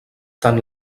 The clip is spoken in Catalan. tant